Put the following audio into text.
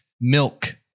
milk